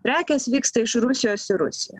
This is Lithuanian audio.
prekės vyksta iš rusijos į rusiją